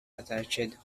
attached